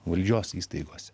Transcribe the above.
valdžios įstaigose